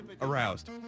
Aroused